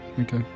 Okay